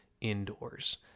indoors